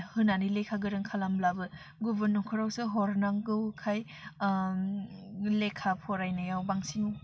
होनानै लेखा गोरों खालामब्लाबो गुबुन नखरावसो हरनांगौखाय लेखा फरायनायाव बांसिन